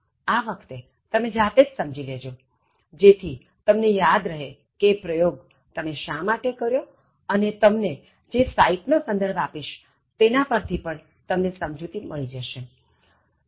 આ વખતે તમે જાતે જ સમજી લેજોજેથી તમને યાદ રહે કે એ પ્રયોગ તમે શા માટે કર્યો અને તમને જે સાઇટ નો સંદર્ભ આપીશ તેના પર થી પણ તમને સમજુતિ મળી જશે